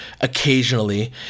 occasionally